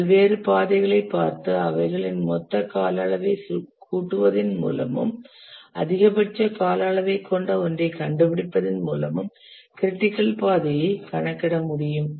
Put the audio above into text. பல்வேறு பாதைகளைப் பார்த்து அவைகளின் மொத்த கால அளவைச் கூட்டுவதின் மூலமும் அதிகபட்ச கால அளவைக் கொண்ட ஒன்றைக் கண்டுபிடிப்பதன் மூலமும் க்ரிட்டிக்கல் பாதையை கணக்கிட முடியும்